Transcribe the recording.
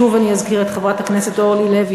שוב אני אזכיר את חברת הכנסת אורלי לוי,